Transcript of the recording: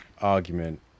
argument